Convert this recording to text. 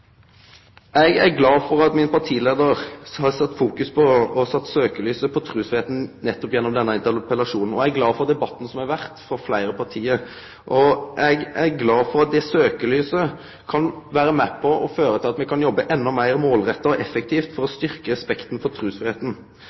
Eg er glad for at min partileiar har sett søkjelyset på trusfridomen gjennom denne interpellasjonen. Eg er glad for det som er sagt i debatten frå fleire parti, og at dette søkjelyset kan vere med på å føre til at vi kan jobbe endå meir målretta og effektivt for å styrkje respekten for